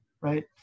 right